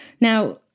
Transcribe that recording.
Now